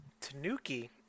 Tanuki